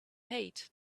hate